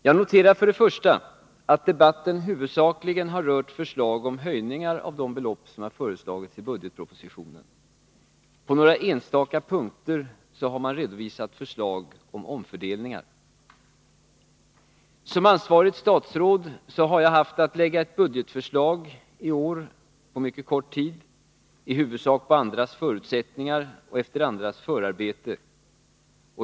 Jag noterar för det första att debatten huvudsakligen har rört förslag om höjningar av de belopp som föreslagits i budgetpropositionen. På några enstaka punkter har man redovisat förslag till omfördelningar. Som ansvarigt statsråd har jag haft att lägga ett budgetförslag för kommande budgetår — på mycket kort tid och i huvudsak efter andras förarbete.